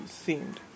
seemed